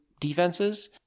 defenses